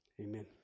Amen